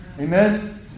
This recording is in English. Amen